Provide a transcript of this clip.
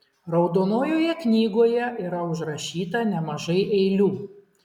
raudonojoje knygoje yra užrašyta nemažai eilių